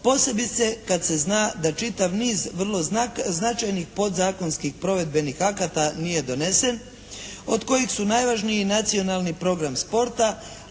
posebice kad se zna da čitav niz vrlo značajnih podzakonskih provedbenih akata nije donesen od kojih su najvažniji Nacionalni program sporta,